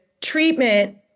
treatment